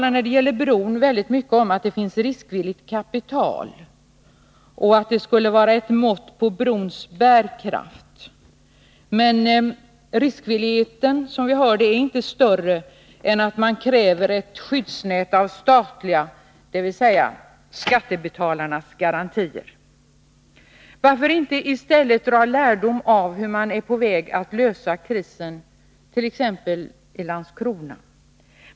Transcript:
När det gäller bron talar man väldigt mycket om att-det finns riskvilligt kapital och att det skulle vara ett mått på brons bärkraft. Men riskvilligheten är, som vi hörde, inte större än att det krävs ett skyddsnät av statliga, dvs. skattebetalarnas, garantier. Varför inte i stället dra lärdom av hur man är på väg att lösa krisen t.ex. i Landskrona?